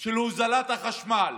של הוזלת החשמל,